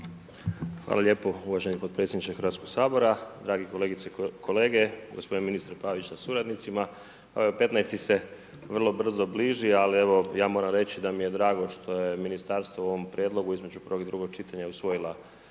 Hvala lijepo uvaženi potpredsjedniče Hrvatskog sabora. Drage kolegice i kolege, gospodine ministre Pavić sa suradnicima, evo 15. se vrlo brzo bliži, ali evo, ja moram reći, da mi je drago što je ministarstvo u ovom prijedlogu između prvog i drugog čitanja usvojila